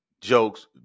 jokes